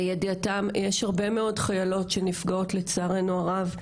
בידיעתם יש הרבה מאוד חיילות שנפגעות לצערנו הרב,